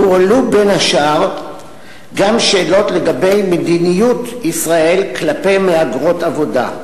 הועלו בין השאר גם שאלות לגבי מדיניות ישראל כלפי מהגרות עבודה.